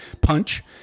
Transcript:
punch